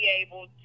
able